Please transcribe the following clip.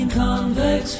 convex